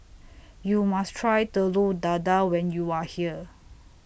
YOU must Try Telur Dadah when YOU Are here